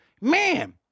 man